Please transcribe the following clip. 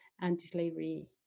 anti-slavery